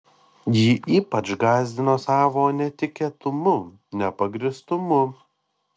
ji ypač gąsdino savo netikėtumu nepagrįstumu